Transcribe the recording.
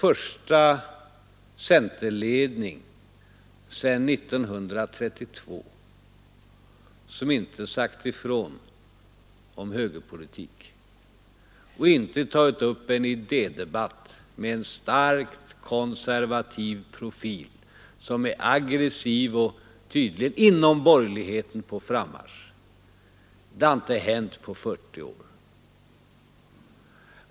Dagens centerledning är faktiskt den enda sedan 1932 som inte sagt ifrån om högerpolitik, och den har inte tagit upp en idédebatt med en starkt konservativ profil som är aggressiv och tydligt på frammarsch inom borgerligheten. Det har inte hänt på 40 år.